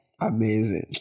amazing